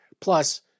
Plus